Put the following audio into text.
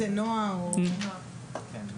נועה או יוסי